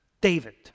David